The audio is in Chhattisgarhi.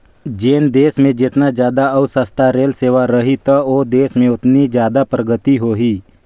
जेन देस मे जेतना जादा अउ सस्ता रेल सेवा रही त ओ देस में ओतनी जादा परगति होही